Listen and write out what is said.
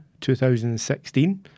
2016